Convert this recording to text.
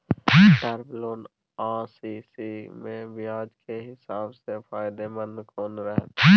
Term loan आ CC म ब्याज के हिसाब से फायदेमंद कोन रहते?